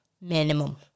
minimum